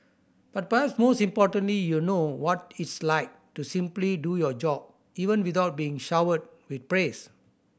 but perhaps most importantly you know what it's like to simply do your job even without being showered with praise